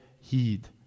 heed